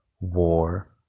War